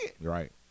Right